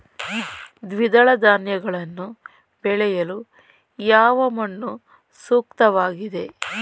ದ್ವಿದಳ ಧಾನ್ಯಗಳನ್ನು ಬೆಳೆಯಲು ಯಾವ ಮಣ್ಣು ಸೂಕ್ತವಾಗಿದೆ?